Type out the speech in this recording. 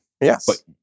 Yes